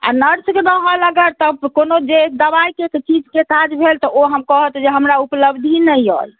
आ नर्स रहल अगर तऽ कोनो जे दवाइ के चीज के काज भेल तऽ ओ हम कहत जे हमरा उपलब्धी नहि अछि